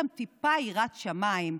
אבל שתהיה לכם טיפת יראת שמיים,